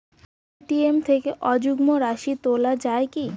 ATM থেকে অযুগ্ম রাশি তোলা য়ায় কি?